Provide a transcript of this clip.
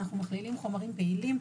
אנחנו מכלילים חומרים פעילים.